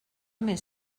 més